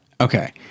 okay